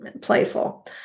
playful